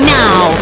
now